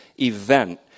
event